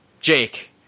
Jake